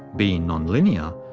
being nonlinear,